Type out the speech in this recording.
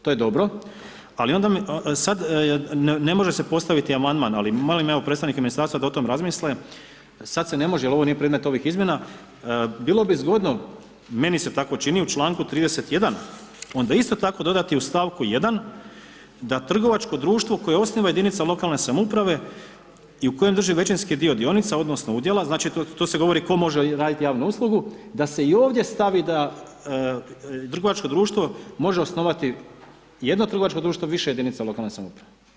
To je dobro ali onda sad ne može se postaviti amandman ali molim evo predstavnike ministarstva da o tom razmisle, sad se ne može jer ovo nije predmet ovih izmjena, bilo bi zgodno, meni se tako čini u članku 31. onda isto tako dodati u stavku 1. da trgovačko društvo koje osniva jedinica lokalne samouprave i u kojem drži većinski dio dionica odnosno udjela, znači tu se govori tko može raditi javnu uslugu, da se i ovdje stavi da trgovačko društvo može osnovati, jedno trgovačko društvo više jedinica lokalne samouprave.